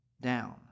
down